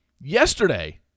yesterday